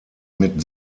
mit